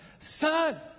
son